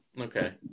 Okay